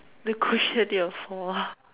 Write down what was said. to cushion your fall